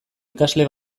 ikasle